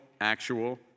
actual